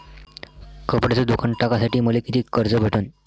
कपड्याचं दुकान टाकासाठी मले कितीक कर्ज भेटन?